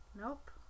Nope